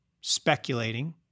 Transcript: speculating